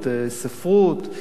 ספרות,